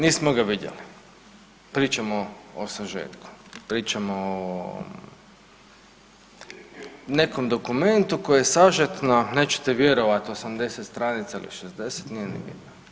Nismo ga vidjeli, pričamo o sažetku, pričamo o nekom dokumentu koji je sažet na, nećete vjerovat 80 stranica ili 60 nije ni bitno.